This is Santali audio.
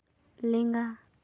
ᱞᱮᱸᱜᱟ